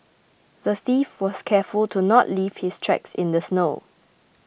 the thief was careful to not leave his tracks in the snow